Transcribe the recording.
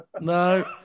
No